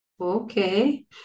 Okay